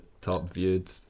top-viewed